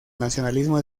nacionalismo